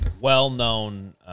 well-known